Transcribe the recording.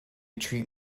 treat